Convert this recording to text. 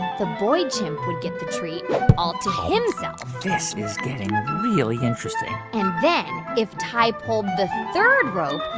the boy chimp would get the treat all to himself this is getting really interesting and then if tai pulled the third rope,